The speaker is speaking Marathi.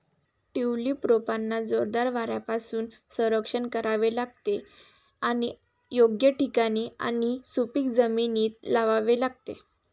ट्यूलिप रोपांना जोरदार वाऱ्यापासून संरक्षण करावे लागते आणि योग्य ठिकाणी आणि सुपीक जमिनीत लावावे लागते